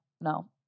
No